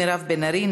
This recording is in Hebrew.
מירב בן ארי,